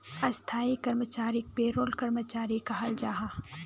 स्थाई कर्मचारीक पेरोल कर्मचारी कहाल जाहा